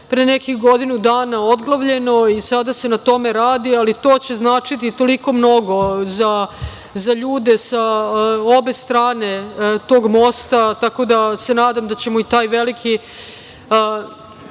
pre nekih godinu dana odglavljeno i sada se na tome radi, ali to će značiti toliko mnogo za ljude sa obe strane tog mosta, tako da se nadam da ćemo taj veliki